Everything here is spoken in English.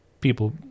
people